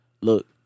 Look